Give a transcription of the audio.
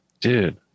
dude